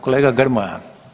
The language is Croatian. Kolega Grmoja.